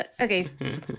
okay